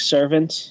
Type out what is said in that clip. Servant